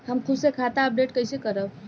हम खुद से खाता अपडेट कइसे करब?